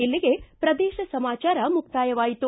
ಇಲ್ಲಿಗೆ ಪ್ರದೇಶ ಸಮಾಚಾರ ಮುಕ್ತಾಯವಾಯಿತು